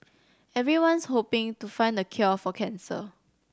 everyone's hoping to find the cure for cancer